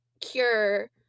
cure